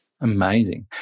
Amazing